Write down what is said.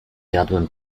jadłem